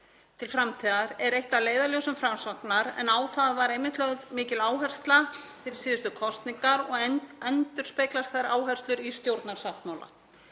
til framtíðar er eitt af leiðarljósum Framsóknar, en á það var einmitt lögð mikil áhersla fyrir síðustu kosningar og endurspeglast þær áherslur í stjórnarsáttmála.